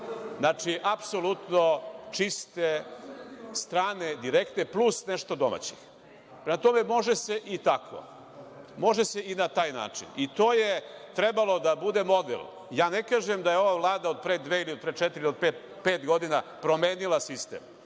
Znači, apsolutno, čiste strane direktne, plus nešto domaće. Prema tome može se i tako. Može se i na taj način. To je trebao da bude model. Ja ne kažem da ova Vlada od pre dve ili od pre četiri, pet godina, promenila sistem.